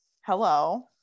hello